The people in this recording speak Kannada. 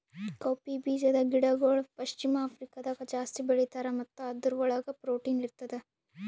ಕೌಪೀ ಬೀಜದ ಗಿಡಗೊಳ್ ಪಶ್ಚಿಮ ಆಫ್ರಿಕಾದಾಗ್ ಜಾಸ್ತಿ ಬೆಳೀತಾರ್ ಮತ್ತ ಇದುರ್ ಒಳಗ್ ಪ್ರೊಟೀನ್ ಇರ್ತದ